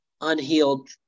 unhealed